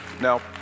Now